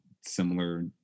similar